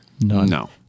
No